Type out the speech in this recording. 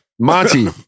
Monty